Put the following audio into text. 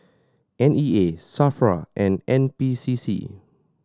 N E A SAFRA and N P C C